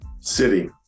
City